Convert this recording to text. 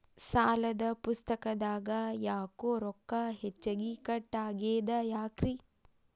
ಸಾಲದ ಪುಸ್ತಕದಾಗ ಯಾಕೊ ರೊಕ್ಕ ಹೆಚ್ಚಿಗಿ ಕಟ್ ಆಗೆದ ಯಾಕ್ರಿ?